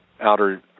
Outer